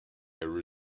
error